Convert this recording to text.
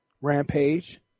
Rampage